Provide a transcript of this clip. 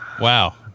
wow